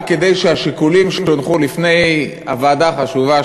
רק כדי שהשיקולים שהונחו לפני הוועדה החשובה,